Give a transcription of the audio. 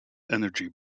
energy